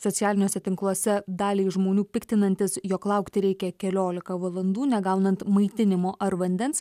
socialiniuose tinkluose daliai žmonių piktinantis jog laukti reikia keliolika valandų negaunant maitinimo ar vandens